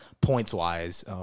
points-wise